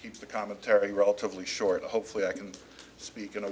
keep the commentary relatively short hopefully i can speak in a